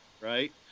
right